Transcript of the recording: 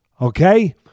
okay